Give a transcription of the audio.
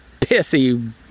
pissy